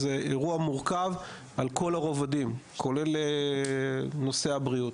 זה אירוע מורכב על כל הרבדים, כולל נושא הבריאות.